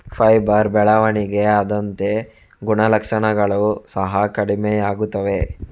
fibre ಬೆಳವಣಿಗೆ ಆದಂತೆ ಗುಣಲಕ್ಷಣಗಳು ಸಹ ಕಡಿಮೆಯಾಗುತ್ತವೆ